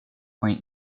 point